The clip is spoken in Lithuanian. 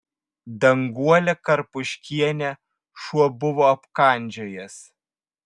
danguolę karpuškienę šuo buvo apkandžiojęs